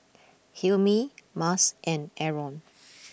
Hilmi Mas and Aaron